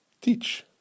teach